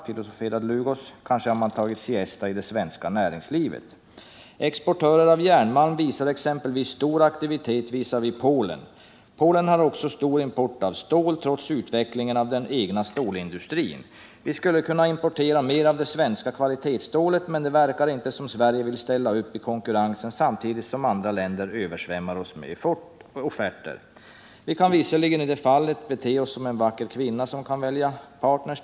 filosoferar Dlugosz, kanske har man tagit siesta i det svenska näringslivet? Exportörer av järnmalm visar exempelvis stor aktivitet visavi Polen. Polen har också stor import av stål trots utvecklingen av den egna stålindustrin. Vi skulle kunna importera mera av det svenska kvalitetsstålet, men det verkar inte som Sverige vill ställa upp i konkurrensen samtidigt som andra länder översvämmar oss med offerter. ——- Vi kan visserligen i det fallet bete oss som en vacker kvinna som kan välja partners —-—-—.